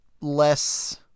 less